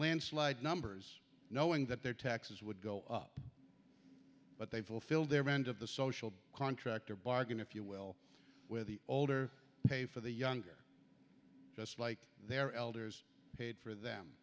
numbers knowing that their taxes would go up but they fulfilled their end of the social contract or bargain if you will with the older pay for the younger just like their elders paid for them